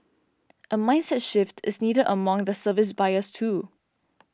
a mindset shift is needed among the service buyers too